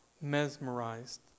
mesmerized